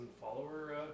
follower